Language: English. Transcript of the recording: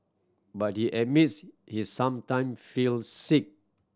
but he admits he sometime feels sick